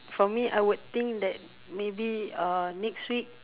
for me I would think that maybe uh next week